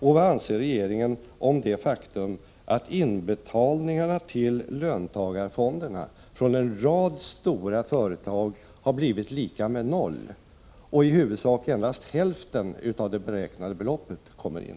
Och vad anser regeringen om det faktum att inbetalningarna till löntagarfonderna från en rad stora företag har blivit lika med noll och att i huvudsak endast hälften av det beräknade beloppet kommer in?